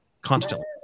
constantly